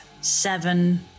seven